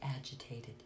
agitated